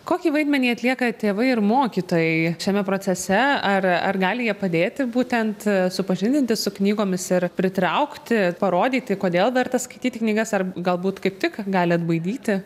kokį vaidmenį atlieka tėvai ir mokytojai šiame procese ar ar gali jie padėti būtent supažindinti su knygomis ir pritraukti parodyti kodėl verta skaityti knygas ar galbūt kaip tik gali atbaidyti